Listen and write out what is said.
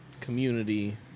community